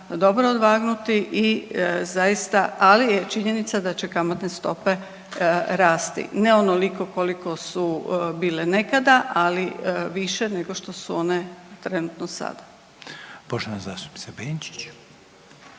dobro odvagnuti i zaista, ali je činjenica da će kamatne stope rasti. Ne onoliko koliko su bile nekada, ali više nego što su one trenutno sada. **Reiner, Željko